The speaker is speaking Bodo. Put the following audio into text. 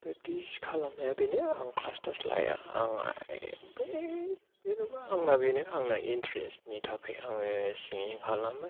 प्रेक्टिस खालामनाया बेनो आं क्लास ट्लास लाया आंहा बे जेन'बा आंना बेनो इन्ट्रेस्टनि थाखाय आङो सिंगिं खालामो